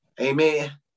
Amen